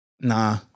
Nah